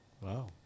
Wow